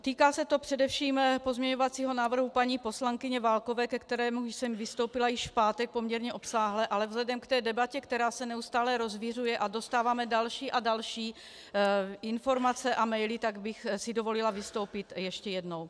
Týká se to především pozměňovacího návrhu paní poslankyně Válkové, ke kterému jsem vystoupila již v pátek poměrně obsáhle, ale vzhledem k debatě, která se neustále rozviřuje, a dostáváme další a další informace a maily, tak bych si dovolila vystoupit ještě jednou.